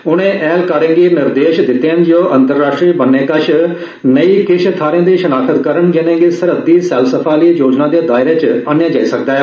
उनें ऐह्लकारें गी निर्देश दित्ते न जे ओह् अंतर्राश्ट्री बन्ने कश ऐसी किश थाहरें दी शिनाख्त करन जिनें'गी सरहदी सैलसफा आह्ली योजना दे दायरे हेठ आह्न्नेआ जाई सकदा ऐ